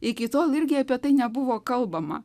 iki tol irgi apie tai nebuvo kalbama